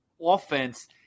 offense